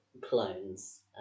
Clones